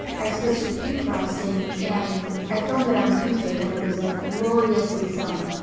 i switched to pink frosting and i filmed it on tuesday when it was like gloriously sunny.